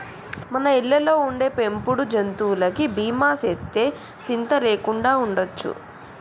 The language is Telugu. మన ఇళ్ళలో ఉండే పెంపుడు జంతువులకి బీమా సేస్తే సింత లేకుండా ఉండొచ్చు